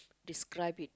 describe it